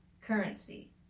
currency